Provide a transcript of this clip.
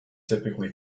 typically